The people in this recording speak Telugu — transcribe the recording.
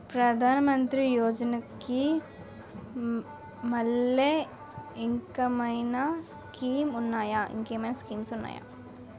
ప్రధాన మంత్రి యోజన కి మల్లె ఇంకేమైనా స్కీమ్స్ ఉన్నాయా?